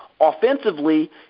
Offensively